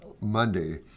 Monday